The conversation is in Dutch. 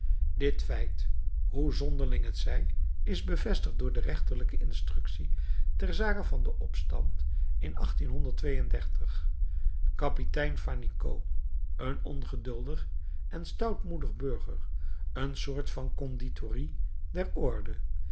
dit feit hoe zonderling het zij is bevestigd door de rechterlijke instructie ter zake van den opstand in kapitein fannicot een ongeduldig en stoutmoedig burger een soort van condottieri der orde